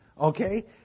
Okay